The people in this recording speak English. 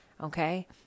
okay